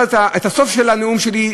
הסוף של הנאום שלי,